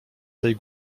tej